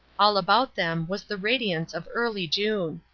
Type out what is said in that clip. all about them was the radiance of early june.